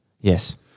Yes